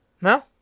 No